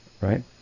Right